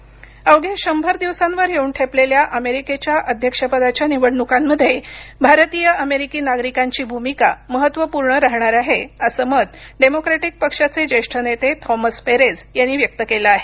America निवडणूक अवघ्या शंभर दिवसांवर येऊन ठेपलेल्या अमेरिकेच्या अध्यक्षपदाच्या निवडणुकांमध्ये भारतीय अमेरिकी नागरिकांची भूमिका महत्वपूर्ण राहणार आहे असं मत डेमोक्रेटिक पक्षाचे जेष्ठ नेते थॉमस पेरेझ व्यक्त केलं आहे